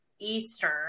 Eastern